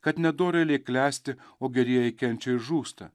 kad nedorėliai klesti o gerieji kenčia ir žūsta